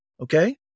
Okay